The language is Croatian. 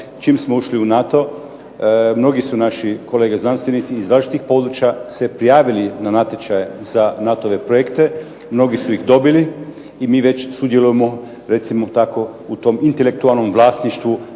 čim smo ušli u NATO mnogi su naši kolege znanstvenici iz različitih područja se prijavili na natječaje za NATO-ve projekte, i mnogi su ih dobili, i mi već sudjelujemo recimo tako u tom intelektualnom vlasništvu